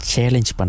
Challenge